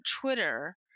Twitter